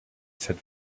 said